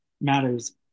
matters